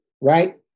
Right